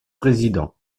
présidents